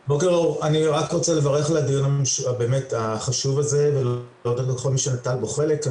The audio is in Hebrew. אני רק רוצה לברך על הדיון החשוב הזה ולהודות לכל מי שנטל בו חלק.